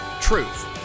truth